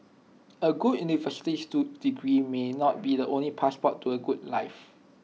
A good universities do degree may not be the only passport to A good life